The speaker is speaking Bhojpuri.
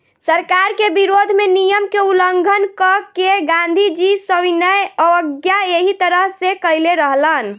सरकार के विरोध में नियम के उल्लंघन क के गांधीजी सविनय अवज्ञा एही तरह से कईले रहलन